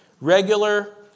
regular